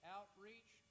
Outreach